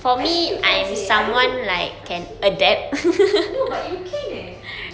actually you can seh I don't know I think you can eh no but you can eh